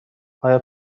آیا